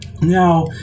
Now